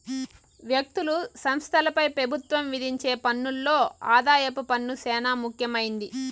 వ్యక్తులు, సంస్థలపై పెబుత్వం విధించే పన్నుల్లో ఆదాయపు పన్ను సేనా ముఖ్యమైంది